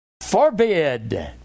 forbid